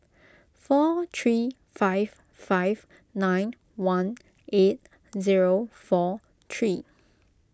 four three five five nine one eight zero four three